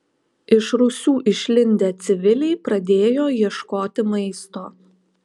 iš rūsių išlindę civiliai pradėjo ieškoti maisto